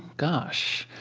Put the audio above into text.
gosh.